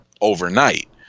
overnight